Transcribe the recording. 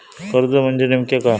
कर्ज म्हणजे नेमक्या काय?